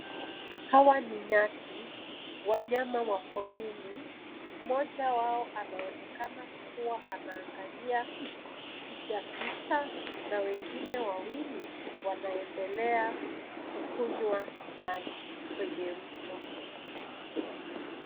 Hawa ni nyati, wanyama wa porini. Mmoja wao anaonekana kuwa anaangalia mpiga picha na wengine wawili wanaendelea kukunywa maji kwenye mto.